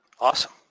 Awesome